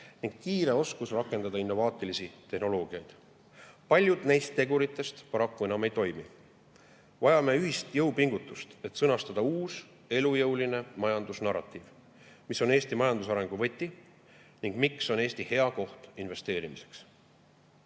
ning kiire oskus rakendada innovaatilisi tehnoloogiaid. Paljud neist teguritest paraku enam ei toimi. Vajame ühist jõupingutust, et sõnastada uus, elujõuline majandusnarratiiv, mis on Eesti majanduse arengu võti ning [ütleb], miks on Eesti hea koht investeerimiseks.